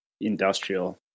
industrial